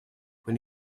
when